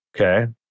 okay